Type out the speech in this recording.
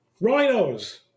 Rhinos